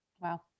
Wow